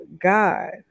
God